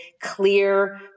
clear